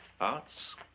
arts